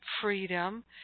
freedom